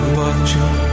watching